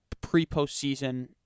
pre-postseason